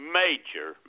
major